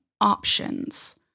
options